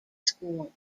school